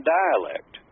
dialect